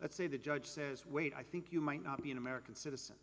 let's say the judge says wait i think you might not be an american citizen